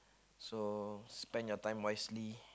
so spend your time wisely